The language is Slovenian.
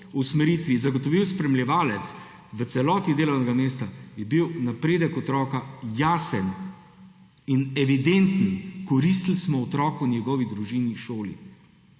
o usmeritvi zagotovil spremljevalec v celoti delovnega mesta, je bil napredek otroka jasen in evidenten, koristili smo otroku, njegovi družini, šoli.